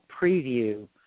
preview